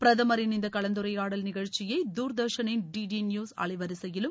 பிரதமின் இந்த கலந்துரையாடல் நிகழ்ச்சியை தூர்தர்ஷனின் டிடிநியூஸ் அலைவரிசையிலும்